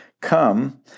come